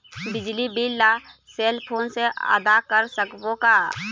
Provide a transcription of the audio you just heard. बिजली बिल ला cell phone से आदा कर सकबो का?